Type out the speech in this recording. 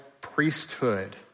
priesthood